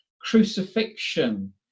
crucifixion